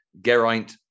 Geraint